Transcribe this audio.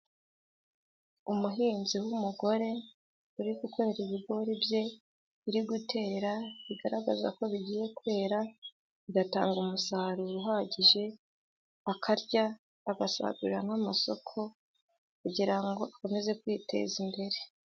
Umuhinzi w'umugore, uri gukorera ibigori bye, biri gutera bigaragaza ko bigiye kwera, bigatanga umusaruro uhagije, akarya, agasagurira n'amasoko, kugira ngo akomeze kwiteza imbere.